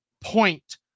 point